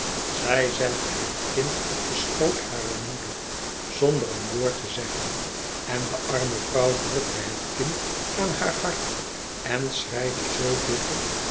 zij zette het kind op den schoot harer moeder zonder een woord te zeggen en de arme vrouw drukte het kind aan haar hart en schreide zoo bitter